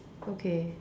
okay